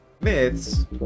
myths